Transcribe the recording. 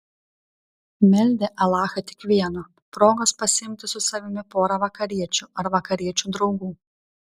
meldė alachą tik vieno progos pasiimti su savimi porą vakariečių ar vakariečių draugų